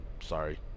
Sorry